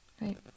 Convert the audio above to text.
right